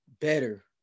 better